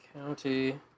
County